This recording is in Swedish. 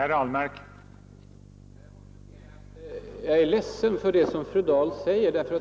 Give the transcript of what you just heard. Herr talman! Jag är ledsen för det som fru Dahl säger.